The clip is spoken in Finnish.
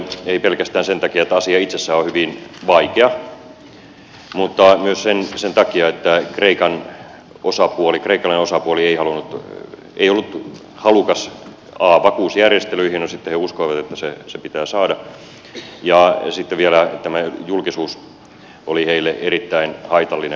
ei pelkästään sen takia että asia itsessään on hyvin vaikea mutta myös sen takia että kreikkalainen osapuoli ei ollut halukas vakuusjärjestelyihin no sitten he uskoivat että ne pitää saada ja sitten vielä tämä julkisuus oli heille erittäin haitallinen